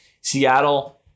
Seattle